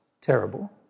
terrible